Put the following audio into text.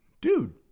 dude